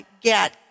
get